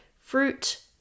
fruit